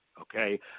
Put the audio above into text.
okay